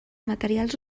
materials